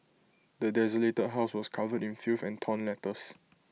the desolated house was covered in filth and torn letters